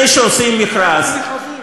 מכרזים,